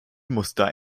muster